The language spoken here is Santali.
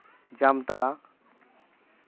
ᱡᱟᱢᱛᱟᱲᱟ